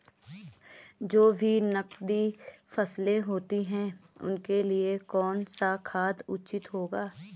जो भी नकदी फसलें होती हैं उनके लिए कौन सा खाद उचित होगा?